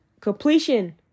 completion